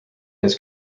his